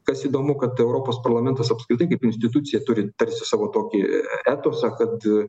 kas įdomu kad europos parlamentas apskritai kaip institucija turi tarsi savo tokį etosą kad